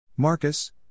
Marcus